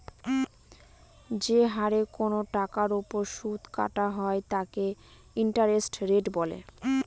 যে হারে কোনো টাকার ওপর সুদ কাটা হয় তাকে ইন্টারেস্ট রেট বলে